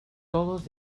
todos